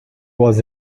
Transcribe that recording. was